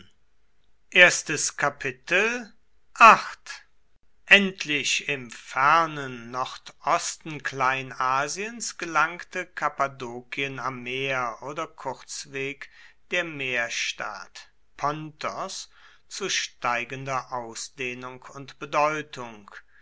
endlich im fernen nordosten kleinasiens gelangte kappadokien am meer oder kurzweg der meerstaat pontos zu steigender ausdehnung und bedeutung